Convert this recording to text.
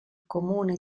comune